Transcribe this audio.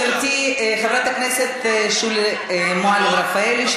גברתי חברת הכנסת שולי מועלם-רפאלי,